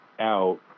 out